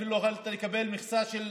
אפילו לא יכולת לקבל מכסה של